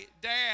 dad